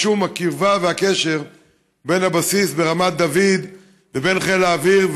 משום הקרבה והקשר בין הבסיס ברמת דוד לבין חיל האוויר,